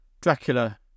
Dracula